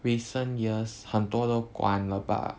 recent years 很多都关了吧